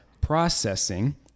processing